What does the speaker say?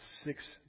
six